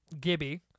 Gibby